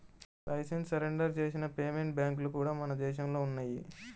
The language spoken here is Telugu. లైసెన్స్ సరెండర్ చేసిన పేమెంట్ బ్యాంక్లు కూడా మన దేశంలో ఉన్నయ్యి